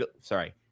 Sorry